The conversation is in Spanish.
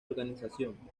organización